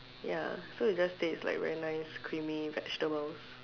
ya so it just taste like very nice creamy vegetable